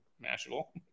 national